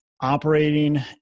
operating